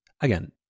Again